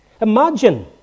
Imagine